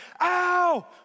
ow